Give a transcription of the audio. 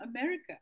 America